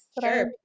Sure